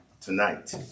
tonight